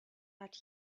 but